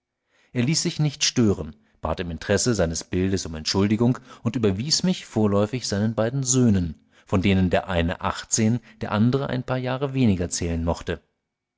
er ließ sich nicht stören bat im interesse seines bildes um entschuldigung und überwies mich vorläufig seinen beiden söhnen von denen der eine achtzehn der andere ein paar jahre weniger zählen mochte